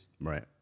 Right